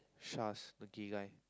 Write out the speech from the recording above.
Shaz lucky guy